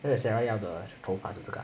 所以 sarah 要的头发是这个啊